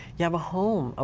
you have a home, ah